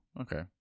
okay